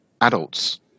adults